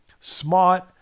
smart